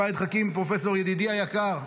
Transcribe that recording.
פרופ' פהד חכים, ידידי היקר,